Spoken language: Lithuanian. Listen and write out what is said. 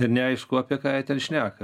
ir neaišku apie ką jie ten šneka